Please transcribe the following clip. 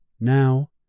Now